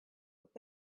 would